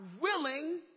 willing